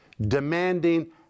demanding